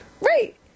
Right